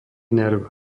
nerv